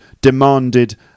demanded